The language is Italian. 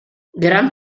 gran